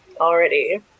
already